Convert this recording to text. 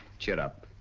cheer up,